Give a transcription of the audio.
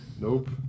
Nope